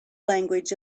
language